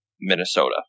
Minnesota